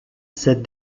cette